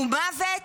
הוא מוות,